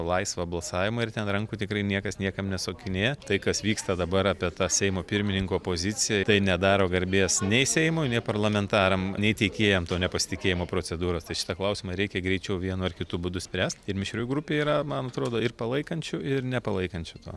laisvą balsavimą ir ten rankų tikrai niekas niekam nesukinėja tai kas vyksta dabar apie tą seimo pirmininko poziciją tai nedaro garbės nei seimui nei parlamentaram nei teikėjam to nepasitikėjimo procedūros tai šitą klausimą reikia greičiau vienu ar kitu būdu spręst ir mišri grupė yra man atrodo ir palaikančių ir nepalaikančių